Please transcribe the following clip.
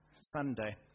Sunday